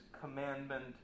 commandment